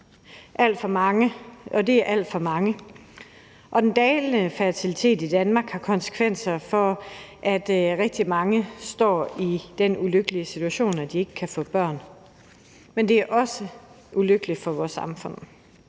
at få børn, og det er alt for mange. Den dalende fertilitet i Danmark har konsekvenser for rigtig mange, som står i den ulykkelige situation, at de ikke kan få børn. Men det er også ulykkeligt for vores samfund.